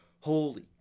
holy